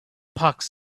pox